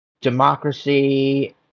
democracy